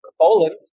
Poland